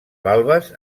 valves